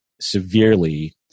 severely